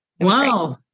Wow